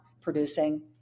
producing